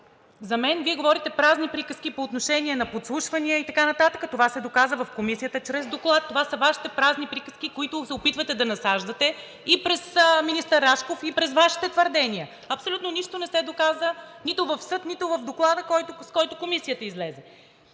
За мен Вие говорите празни приказки по отношение на подсушвания и така нататък. Това се доказа в Комисията чрез Доклад. Това са Вашите празни приказки, които се опитвате да насаждате и през министър Рашков, и през Вашите твърдения. Абсолютно нищо не се доказа – нито в съд, нито в Доклада, с който Комисията излезе.